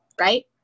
Right